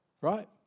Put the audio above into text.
Right